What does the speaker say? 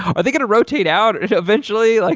are they going to rotate out eventually? like